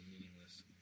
meaningless